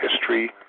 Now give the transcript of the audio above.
history